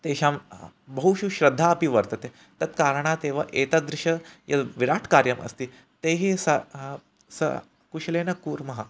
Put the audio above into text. तेषां बहुषु श्रद्धा अपि वर्तते तत्कारणात् एव एतादृशं यद् विराटकार्यम् अस्ति तैः सह सह कुशलेन कुर्मः